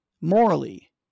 morally